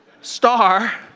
star